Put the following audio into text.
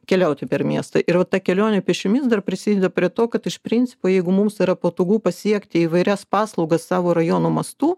keliauti per miestą ir va ta kelionė pėsčiomis dar prisideda prie to kad iš principo jeigu mums yra patogu pasiekti įvairias paslaugas savo rajono mastu